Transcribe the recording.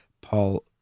Paul